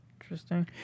Interesting